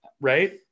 right